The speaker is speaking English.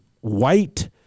white